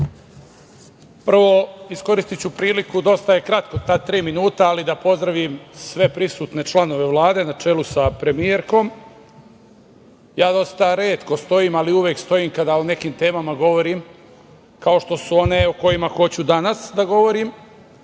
iskoristiću priliku, dosta su kratka ta tri minuta, ali da pozdravim sve prisutne članove Vlade, na čelu sa premijerkom. Ja dosta retko stojim, ali uvek stojim kada o nekim temama govorim kao što su one o kojima hoću danas da govorim